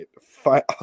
fight